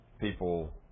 people